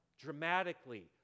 dramatically